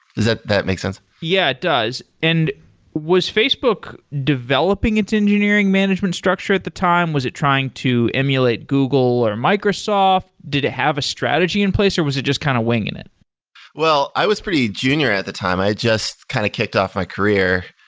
that that makes sense? yeah, it does. and was facebook developing its engineering management structure at the time? was it trying to emulate google or microsoft? did it have a strategy in place, or was it just kind of winging it? sedfb eight well, i was pretty junior at the time. i just kind of kicked off my career.